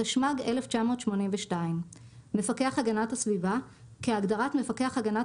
התשמ"ג 1982; "מפקח הגנת הסביבה" כהגדרת מפקח הגנת